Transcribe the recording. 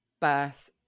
birth